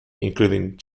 including